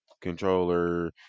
controller